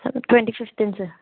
sir twenty ఫిఫ్త్న sir